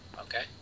Okay